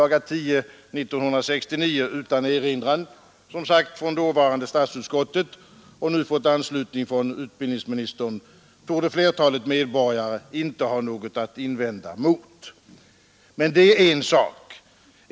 10 1969 utan erinran från dåvarande statsutskottet och nu fått anslutning från utbildningsministern — torde flertalet medborgare inte ha något att invända mot. Men det är en sak.